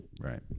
right